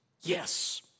yes